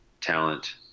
talent